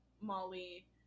Molly